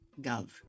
gov